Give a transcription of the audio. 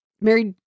Mary